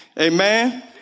amen